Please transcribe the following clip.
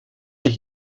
ich